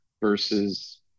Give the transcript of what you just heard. versus